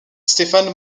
stéphane